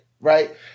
right